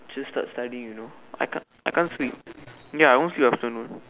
just start studying you know I can't I can't sleep ya I won't sleep in afternoon